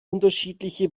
unterschiedliche